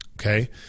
Okay